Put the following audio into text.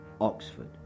Oxford